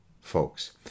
folks